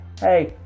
Hey